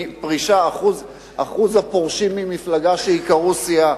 אחוז הפורשים שייקראו סיעה.